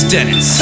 Dennis